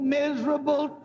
miserable